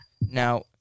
now